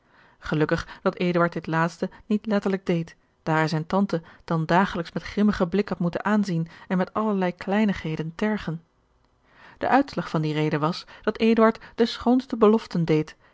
gelukkig dat eduard dit laatste niet letterlijk deed daar hij zijne tante dan dagelijks met grimmigen blik had moeten aanzien en met allerlei kleinigheden tergen de uitslag van die rede was dat eduard de schoonste beloften deed